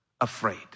afraid